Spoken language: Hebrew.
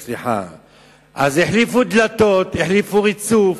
אז החליפו דלתות, החליפו ריצוף,